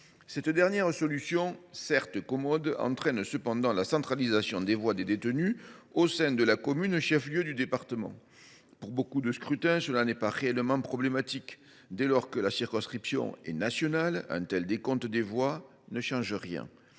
Cette dernière solution, certes commode, entraîne cependant la centralisation des voix des détenus au sein de la commune chef lieu du département. Pour beaucoup de scrutins, cela n’est pas réellement problématique. Dès lors que la circonscription est nationale, le nombre de voix ne change rien.